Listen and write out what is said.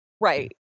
right